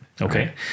okay